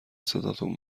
صداتون